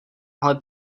ale